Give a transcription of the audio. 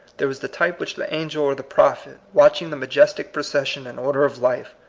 there was the type which the angel or the prophet, watching the majestic procession and order of life,